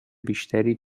بیشتری